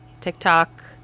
TikTok